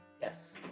yes